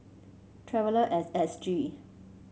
Traveller as S G